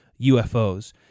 UFOs